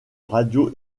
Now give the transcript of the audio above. radio